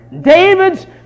David's